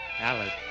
Alice